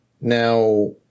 Now